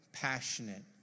Passionate